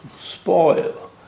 spoil